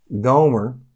Gomer